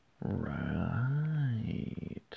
Right